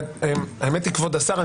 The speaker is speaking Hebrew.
כבוד השר,